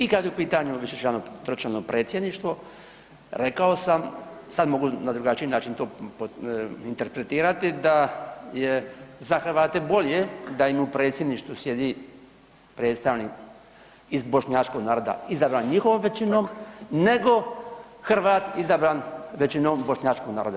I kad je u pitanju višečlano tročlano predsjedništvo rekao sam, sad mogu na drugačiji način to interpretirati, da je za Hrvate bolje da im u predsjedništvu sjedi predstavnik iz Bošnjačkog naroda izabran njihovom većinom nego Hrvat izabran većinom bošnjačkog naroda.